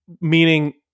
meaning